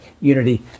unity